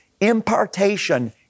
impartation